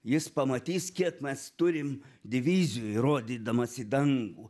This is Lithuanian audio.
jis pamatys kiek mes turim divizijų ir rodydamas į dangų